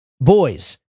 boys